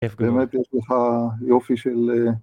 באמת יש לך יופי של...